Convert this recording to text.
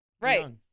Right